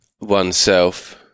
oneself